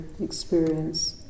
experience